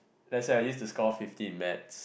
let's say I used to score fifteen in maths